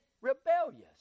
rebellious